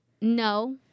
no